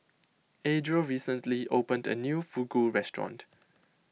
Adriel recently opened a new Fugu restaurant